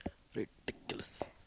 ridiculous